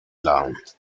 lund